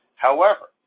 however,